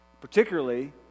particularly